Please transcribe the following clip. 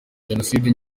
jenoside